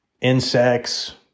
insects